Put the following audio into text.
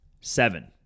Seven